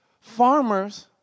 Farmers